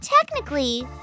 technically